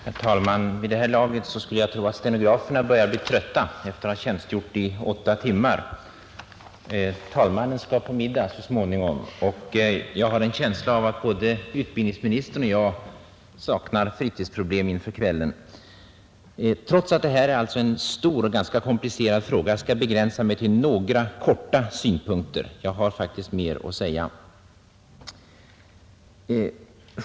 Herr talman! Vid det här laget skulle jag tro att stenograferna börjar bli trötta efter att ha tjänstgjort i åtta timmar. Talmannen skall på middag så småningom, och jag har en känsla av att både utbildningsministern och jag inte har några fritidsproblem inför kvällen. Trots att det här gäller en stor och ganska komplicerad fråga skall jag därför begränsa mig till några korta synpunkter — annars har jag faktiskt mer att säga.